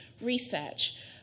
research